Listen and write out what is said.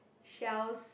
shells